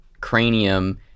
cranium